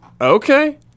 Okay